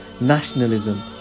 nationalism